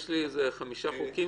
יש לי חמישה חוקים